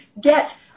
get